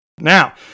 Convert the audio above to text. Now